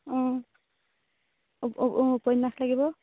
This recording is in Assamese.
অঁ অঁ উপন্যাস লাগিব